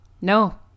No